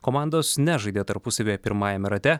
komandos nežaidė tarpusavyje pirmajame rate